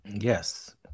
Yes